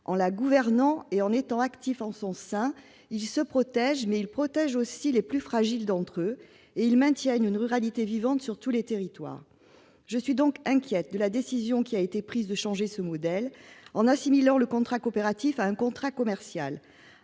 En le gouvernant et en étant actifs en son sein, ils se protègent, mais ils protègent aussi les plus fragiles d'entre eux, et ils maintiennent une ruralité vivante sur tous les territoires. Je suis donc inquiète de la décision qui a été prise de changer ce modèle en assimilant le contrat coopératif à un contrat commercial.